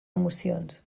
emocions